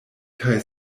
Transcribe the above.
kaj